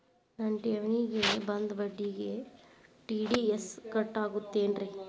ನನ್ನ ಠೇವಣಿಗೆ ಬಂದ ಬಡ್ಡಿಗೆ ಟಿ.ಡಿ.ಎಸ್ ಕಟ್ಟಾಗುತ್ತೇನ್ರೇ?